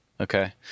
Okay